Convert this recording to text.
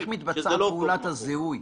איך מתבצעת פעולת הזיהוי?